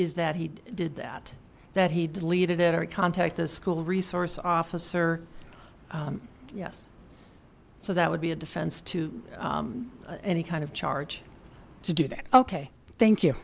is that he did that that he deleted every contact the school resource officer yes so that would be a defense to any kind of charge to do that ok thank you